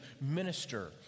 minister